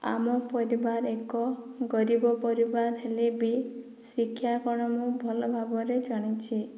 ଆମ ପରିବାର ଏକ ଗରିବ ପରିବାର ହେଲେ ବି ଶିକ୍ଷା କ'ଣ ମୁଁ ଭଲ ଭାବରେ ଜାଣିଛି